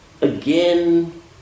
again